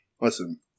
listen